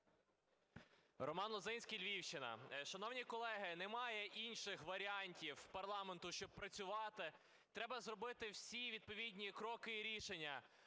Роман Лозинський, Львівщина. Шановні колеги, немає інших варіантів у парламенту, щоб працювати. Треба зробити всі відповідні кроки і рішення,